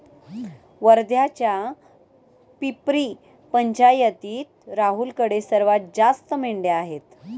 वर्ध्याच्या पिपरी पंचायतीत राहुलकडे सर्वात जास्त मेंढ्या आहेत